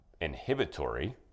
inhibitory